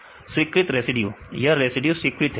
विद्यार्थी स्वीकृत रेसिड्यू स्वीकृत यह रेसिड्यू स्वीकृत है